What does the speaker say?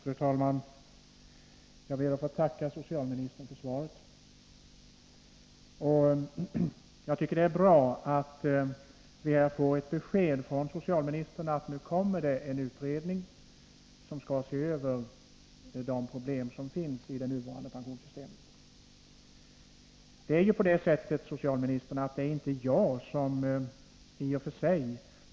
Fru talman! Jag ber att få tacka socialministern för svaret. Jag tycker att det är bra att vi här får ett besked från socialministern att han nu kommer att föreslå en utredning, som skall se över de problem som finns i det nuvarande pensionssystemet. Det är inte jag som går ut med falsk orosspridning beträffande ATP-systemet, socialministern.